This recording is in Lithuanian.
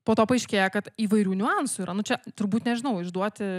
po to paaiškėja kad įvairių niuansų yra nu čia turbūt nežinau išduoti